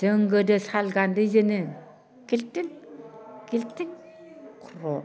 जों गोदो सालगान्दैजोंनो खिलथिख खिलथिख ख्र'